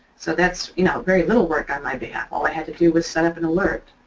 so that's you know very little work on my behalf, all i had to do was set up an alert.